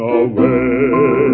away